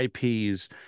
IPs